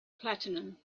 platinum